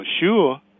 sure